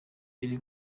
iri